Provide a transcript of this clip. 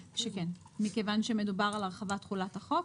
שכן, מכיוון שמדובר על הרחבת תכולת החוק.